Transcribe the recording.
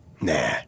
Nah